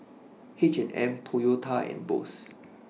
H and M Toyota and Bose